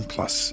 Plus